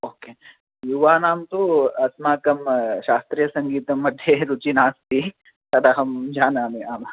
ओ के युवानां तु अस्माकं शास्त्रीयसङ्गीतं मध्ये रुचि नास्ति तदहं जानामि आमः